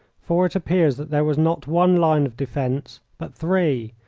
for it appears that there was not one line of defence but three,